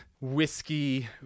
whiskey